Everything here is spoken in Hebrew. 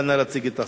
נא להציג את החוק.